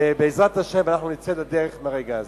בעזרת השם נצא לדרך ברגע הזה.